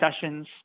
sessions